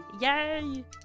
Yay